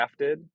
crafted